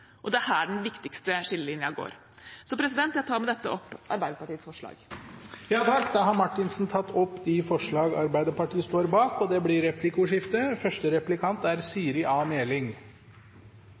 Det er her den viktigste skillelinjen går. Jeg tar med dette opp forslagene nr. 1–10, 12–15 og 102. Da har representanten Marianne Marthinsen tatt opp de forslagene hun refererte til. Det blir replikkordskifte.